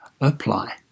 apply